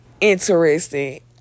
interesting